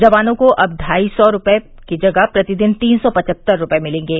जवानों को अब ढाई सौ रूपये की जगह प्रतिदिन तीन सौ पचहत्तर रूपये मिलेंगे